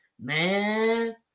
man